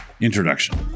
Introduction